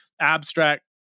abstract